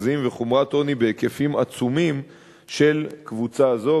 וחומרת עוני בהיקפים עצומים של קבוצה זו,